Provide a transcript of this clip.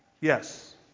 Yes